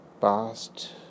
past